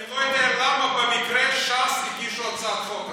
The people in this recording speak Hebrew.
אני לא יודע למה במקרה ש"ס הגישו הצעת חוק כזאת.